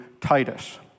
Titus